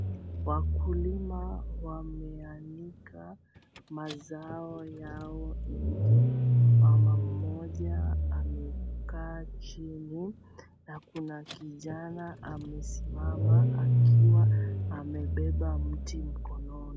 Wakulima wameanika mazao yao nje. Mama moja amekaa chini na kuna kijana amesimama akiwa amebeba mti mkononi.